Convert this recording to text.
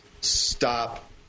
Stop